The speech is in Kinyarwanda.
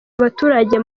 abaturage